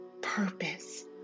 purpose